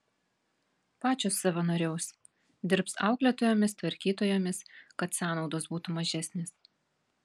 pačios savanoriaus dirbs auklėtojomis tvarkytojomis kad sąnaudos būtų mažesnės